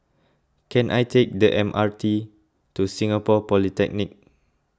can I take the M R T to Singapore Polytechnic